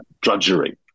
drudgery